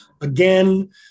Again